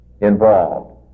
involved